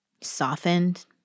softened